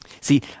See